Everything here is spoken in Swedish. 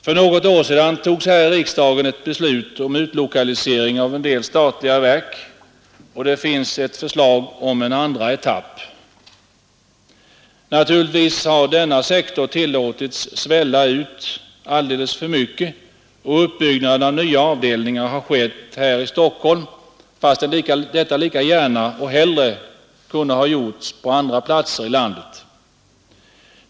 För något år sedan togs här i riksdagen ett beslut om utlokalisering av en del statliga verk, och det finns ett förslag om en andra etapp. Naturligtvis har denna sektor tillåtits svälla ut alldeles för mycket, och uppbyggnaden av nya avdelningar har skett här i Stockholm, fastän detta lika gärna — och hellre — kunde ha gjorts på andra platser i landet.